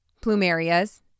plumerias